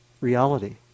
reality